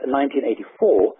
1984